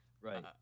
Right